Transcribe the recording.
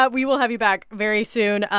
but we will have you back very soon.